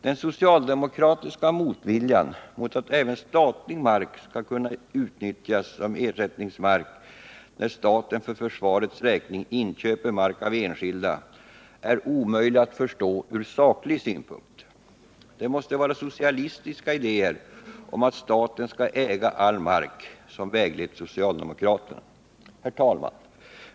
Den socialdemokratiska motviljan mot att även statlig mark skall kunna utnyttjas som ersättningsmark när staten för försvarets räkning inköper mark av enskilda är omöjlig att förstå ur saklig synpunkt. Det måste vara socialistiska idéer om att staten skall äga all mark som väglett socialdemokraterna. Herr talman!